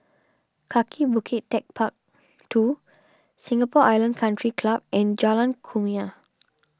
Kaki Bukit Techpark two Singapore Island Country Club and Jalan Kumia